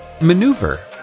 maneuver